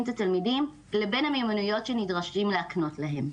את התלמידים לבין המיומנויות שנדרשים להקנות להם.